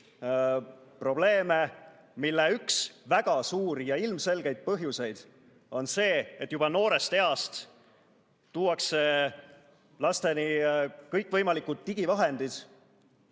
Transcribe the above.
probleeme, mille üks väga suuri ja ilmselgeid põhjuseid on see, et juba noorest east tuuakse lasteni kõikvõimalikud digivahendid,